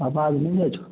आबाज नहि जाइत छो